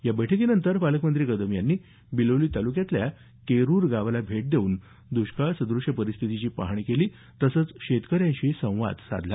या बैठकीनंतर पालकमंत्री कदम यांनी बिलोली तालुक्यातल्या केरुर गावाला भेट देऊन दष्काळसदृश परिस्थितीची पाहणी करून शेतकऱ्यांशी संवाद साधला